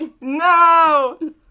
No